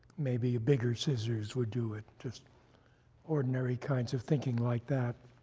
maybe a bigger scissors would do it, just ordinary kinds of thinking like that